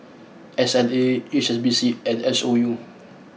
S L A H S B C and S O U